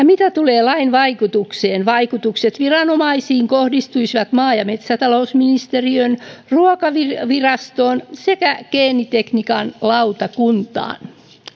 mitä tulee lain vaikutukseen vaikutukset viranomaisiin kohdistuisivat maa ja metsätalousministeriöön ruokavirastoon sekä geenitekniikan lautakuntaan